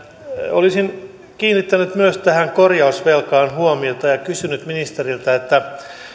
olisin myös kiinnittänyt tähän korjausvelkaan huomiota ja kysynyt ministeriltä